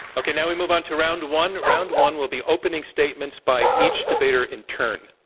okay. now we move on to round one. round one will be opening statements by each debater in turn.